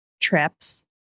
trips